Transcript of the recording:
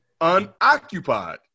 unoccupied